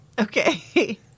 okay